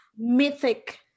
mythic